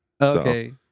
Okay